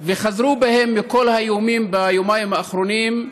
וחזרו בהם מכל האיומים ביומיים האחרונים,